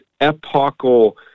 epochal